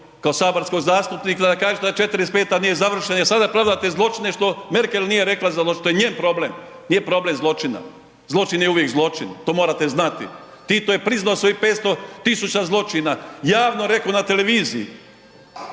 kao saborskog zastupnika da kažete da '45. nije završena jel sada pravdate zločine što Merkel nije rekla …/nerazumljivo/… što je njen problem, nije problem zločina. Zločin je uvijek zločin, to morate znati. Tito je priznao svojih 500 tisuća zločina, javno rekao na televiziji,